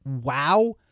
wow